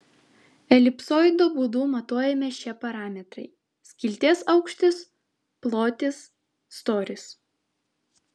elipsoido būdu matuojami šie parametrai skilties aukštis plotis storis